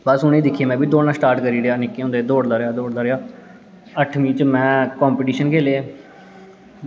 बस उ'नें गी दिक्खियै में बी दोड़ना स्टार्ट करी ओड़ेआ निक्के होंदे दौड़दा रेहा दौड़दा रेहा अट्ठमीं च में कंपिटीशन खेले